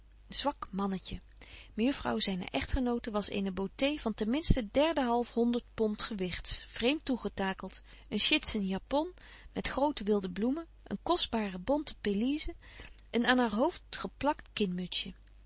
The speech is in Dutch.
mannetje mejuffrouw zyne echtgenote was eene beauté van ten minsten derdehalf honderd pond gewigts vreemt toegetakelt een chitzen japon met grote wilde bloemen een kostbare bonte pelise een aan haar hoofd geplakt